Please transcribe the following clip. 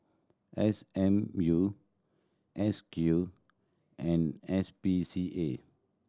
S M U S Q and S P C A